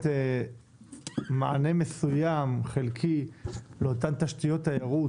מענה מסוים וחלקי לאותן תשתיות תיירות.